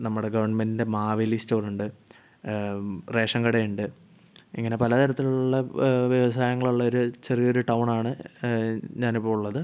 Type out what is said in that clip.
നമ്മുടെ ഗവൺമെന്റിൻ്റെ മാവേലി സ്റ്റോർ ഉണ്ട് റേഷൻ കട ഉണ്ട് ഇങ്ങനെ പല തരത്തിലുള്ള വ്യവസായങ്ങൾ ഉള്ള ഒരു ചെറിയൊരു ടൗൺ ആണ് ഞാൻ ഇപ്പം ഉള്ളത്